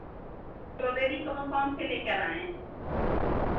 jewellery कौन कौन से लेकर आयें